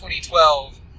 2012